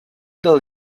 dels